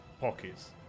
pockets